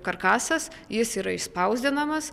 karkasas jis yra išspausdinamas